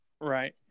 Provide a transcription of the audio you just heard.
Right